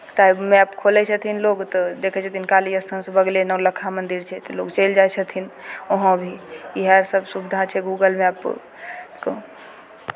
तऽ मैप खोलै छथिन लोक तऽ देखै छथिन काली स्थान तहनसँ बगले नौलखा मन्दिर छै तऽ लोक चलि जाइ छथिन उहाँ भी इएहसभ सुविधा छै गूगल मैपके